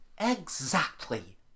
Exactly